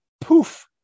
Poof